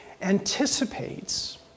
anticipates